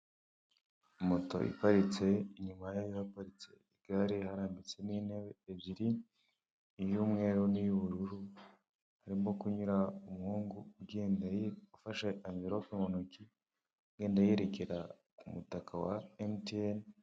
Moto iparitse inyuma ye haparitse igare harambitse n'intebe ebyiri iy'umweru n'iy'ubururu, harimo kunyura umuhungu ugenda ufashe amvelope mu ntoki agenda yerekera ku mutaka wa emutiyene.